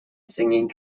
singing